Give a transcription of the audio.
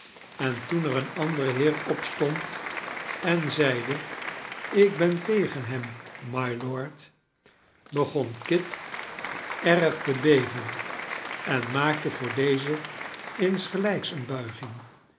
en toen er een ander heer opstond en zeide ik ben tegen hem mylord begon kit erg te beven en maakte voor dezen insgehjks eene buiging